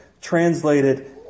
translated